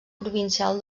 provincial